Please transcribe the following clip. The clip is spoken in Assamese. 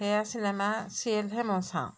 সেয়ে চিনেমা চিয়েলহে মই চাওঁ